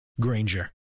Granger